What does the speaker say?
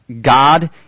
God